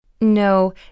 No